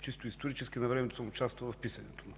чисто исторически навремето съм участвал в писането му